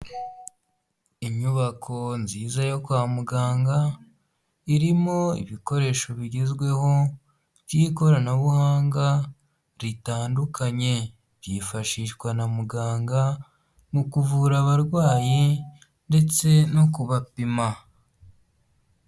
Inyubako nziza yo kwa muganga irimo ibikoresho bigezweho by'ikoranabuhanga ritandukanye, byifashishwa na muganga mu kuvura abarwayi ndetse no kubapima.